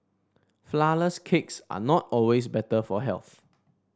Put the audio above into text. flourless cakes are not always better for health